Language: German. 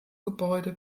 gebäude